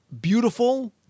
beautiful